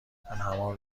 درهمان